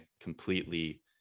completely